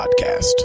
podcast